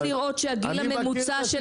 מספיק לראות שהגיל הממוצע של